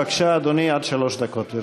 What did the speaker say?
בבקשה, אדוני, עד שלוש דקות לרשותך.